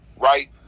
right